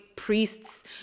priests